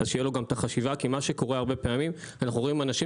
שתהיה לו החשיבה כי הרבה פעמים אנו רואים אנשים